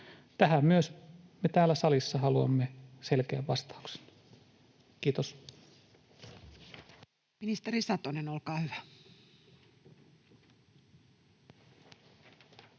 Tähän myös me täällä salissa haluamme selkeän vastauksen. — Kiitos.